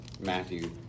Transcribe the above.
Matthew